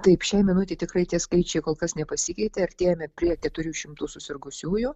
taip šiai minutei tikrai tie skaičiai kol kas nepasikeitė artėjame prie keturių šimtų susirgusiųjų